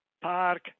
Park